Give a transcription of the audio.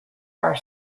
are